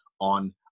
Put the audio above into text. on